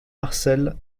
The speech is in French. marcel